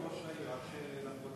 לא דיברתי עם ראש העיר,